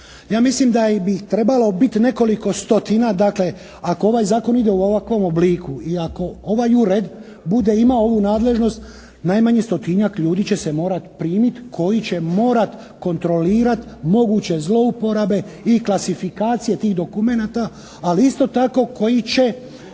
Ja mislim da bi ih trebalo biti nekoliko stotina. Dakle, ako ovaj zakon ide u ovakvom obliku i ako ovaj ured bude imao ovu nadležnost najmanje stotinjak ljudi će se morati primiti koji će morati kontrolirati moguće zlouporabe i klasifikacije tih dokumenata, ali isto tako koji će